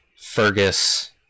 Fergus